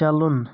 چلُن